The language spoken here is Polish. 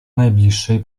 najbliższej